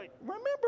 Remember